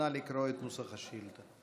נא לקרוא את נוסח השאילתה.